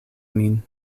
min